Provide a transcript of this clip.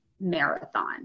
Marathon